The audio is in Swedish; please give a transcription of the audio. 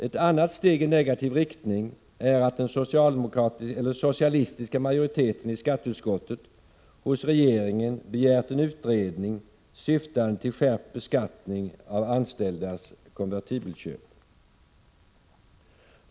Ett annat steg i negativ riktning är att den socialistiska majoriteten i skatteutskottet hos regeringen begärt en utredning syftande till skärpt beskattning av anställdas konvertibelköp.